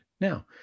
Now